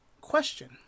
Question